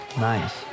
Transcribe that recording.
Nice